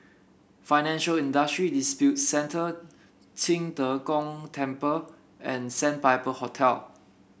Financial Industry Disputes Center Qing De Gong Temple and Sandpiper Hotel